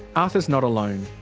arthur's not alone.